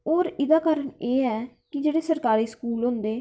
होर एह्दा कारण एह् ऐ की जेह्ड़ा सरकारी स्कूल होंदे